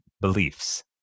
beliefs